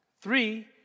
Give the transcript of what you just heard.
Three